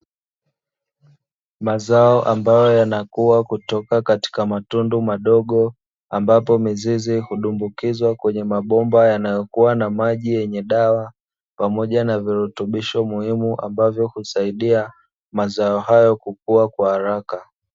Mazao ambayo yanakuwa kutoka katika matundu madogo ambapo mizizi hudumbukizwa kwenye mabomba yanayokuwa na maji yenye dawa pamoja na virutubisho muhimu ambavyo husaidia mazao hayo kukuwa kwa haraka.